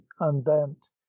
unbent